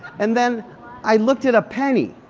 and then i looked at a penny.